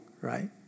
right